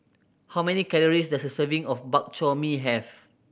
how many calories does a serving of Bak Chor Mee have